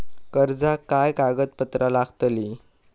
कर्जाक काय कागदपत्र लागतली?